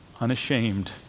unashamed